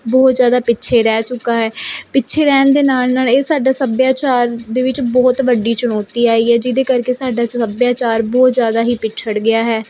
ਬਹੁਤ ਜ਼ਿਆਦਾ ਪਿੱਛੇ ਰਹਿ ਚੁੱਕਾ ਹੈ ਪਿੱਛੇ ਰਹਿਣ ਦੇ ਨਾਲ ਨਾਲ ਇਹ ਸਾਡਾ ਸੱਭਿਆਚਾਰ ਦੇ ਵਿੱਚ ਬਹੁਤ ਵੱਡੀ ਚੁਣੌਤੀ ਆਈ ਹੈ ਜਿਹਦੇ ਕਰਕੇ ਸਾਡਾ ਸੱਭਿਆਚਾਰ ਬਹੁਤ ਜ਼ਿਆਦਾ ਹੀ ਪਿਛੜ ਗਿਆ ਹੈ